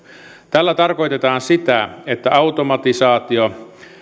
tällä tarkoitetaan sitä että automatisaatio